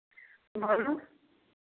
बोलू